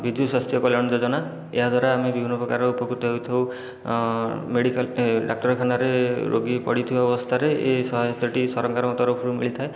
ବିଜୁ ସ୍ୱାସ୍ଥ୍ୟ କଲ୍ୟାଣ ଯୋଜନା ଏହା ଦ୍ୱାରା ଆମେ ବିଭିନ୍ନ ପ୍ରକାର ଉପକୃତ ହୋଇଥାଉ ମେଡ଼ିକାଲ ଏ ଡାକ୍ତରଖାନାରେ ରୋଗୀ ପଡ଼ିଥିବା ଅବସ୍ଥାରେ ଏ ସହାୟତାଟି ସରକାରଙ୍କ ତରଫରୁ ମିଳିଥାଏ